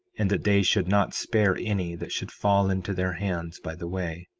and that they should not spare any that should fall into their hands by the way